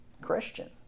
Christian